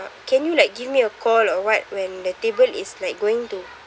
can you like give me a call or what when the table is like going to